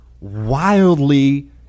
wildly